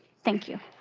think you.